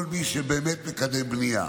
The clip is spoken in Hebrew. כל מי שבאמת מקדם בנייה,